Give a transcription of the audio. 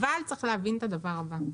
אבל צריך להבין את הדבר הבא.